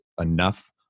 enough